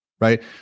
Right